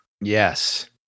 yes